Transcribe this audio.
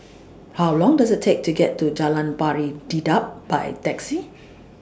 How Long Does IT Take to get to Jalan Pari Dedap By Taxi